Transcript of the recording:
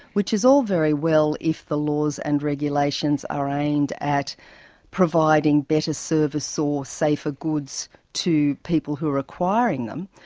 which is all very well if the laws and regulations are aimed at providing better service or safer goods to people who are requiring them,